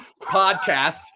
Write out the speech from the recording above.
Podcasts